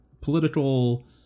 political